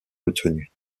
retenues